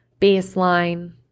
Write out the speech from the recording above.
baseline